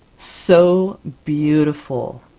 so beautiful!